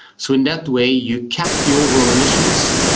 so in that way you cap the overall emissions,